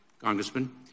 Congressman